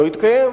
לא התקיים.